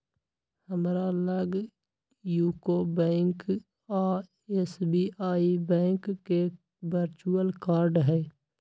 हमरा लग यूको बैंक आऽ एस.बी.आई बैंक के वर्चुअल कार्ड हइ